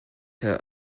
her